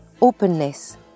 openness